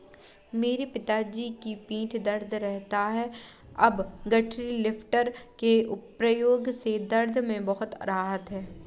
मेरे पिताजी की पीठ दर्द रहता था अब गठरी लिफ्टर के प्रयोग से दर्द में बहुत राहत हैं